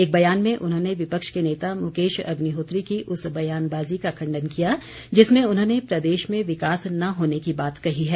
एक बयान में उन्होंने विपक्ष के नेता मुकेश अग्निहोत्री की उस बयानबाजी का खण्डन किया जिसमें उन्होंने प्रदेश में विकास न होने की बात कही है